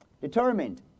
...determined